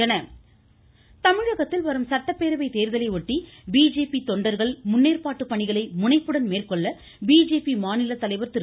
ம் ம் ம் ம் ம் ம முருகன் தமிழகத்தில் வரும் சட்டப்பேரவை தேர்தலையொட்டி பிஜேபி தொண்டர்கள் முன்னேற்பாட்டு பணிகளை முனைப்புடன் மேற்கொள்ள பிஜேபி மாநில தலைவர் திரு